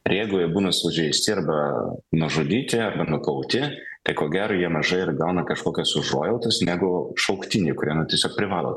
ir jeigu jie būna sužeisti arba nužudyti arba nukauti tai ko gero jie mažai ir gauna kažkokios užuojautos negu šauktiniai kurie na tiesiog privalo